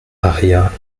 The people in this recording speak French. aria